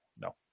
No